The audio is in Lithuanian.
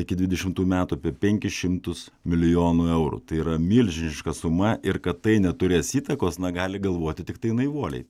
iki dvidešimtų metų apie penkis šimtus milijonų eurų tai yra milžiniška suma ir kad tai neturės įtakos na gali galvoti tiktai naivuoliai